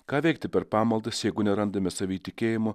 ką veikti per pamaldas jeigu nerandame savyje tikėjimo